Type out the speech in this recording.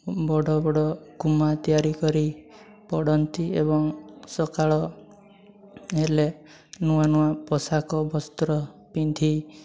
ବଡ଼ ବଡ଼ କୁମା ତିଆରି କରି ପଡ଼ନ୍ତି ଏବଂ ସକାଳ ହେଲେ ନୂଆ ନୂଆ ପୋଷାକ ବସ୍ତ୍ର ପିନ୍ଧି